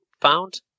found